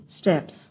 steps